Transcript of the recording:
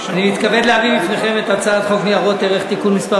אני מתכבד להביא בפניכם את הצעת חוק ניירות ערך (תיקון מס'